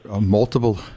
multiple